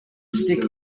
stick